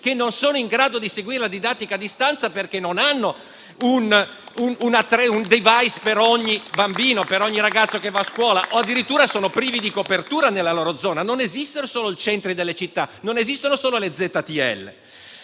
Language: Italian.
che non sono in grado di seguire la didattica a distanza, perché non hanno un *device* per ogni bambino, per ogni ragazzo che va a scuola o addirittura sono prive di copertura nella loro zona: non esistono solo i centri delle città, non esistono solo le zone